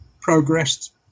progressed